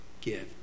give